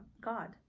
God